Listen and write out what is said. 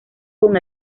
con